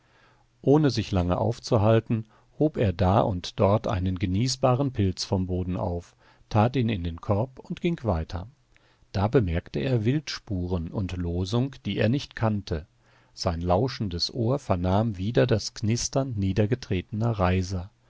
ohne sich lange aufzuhalten hob er da und dort einen genießbaren pilz vom boden auf tat ihn in den korb und ging weiter da bemerkte er wildspuren und losung die er nicht kannte sein lauschendes ohr vernahm wieder das knistern niedergetretener reiser